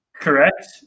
correct